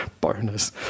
bonus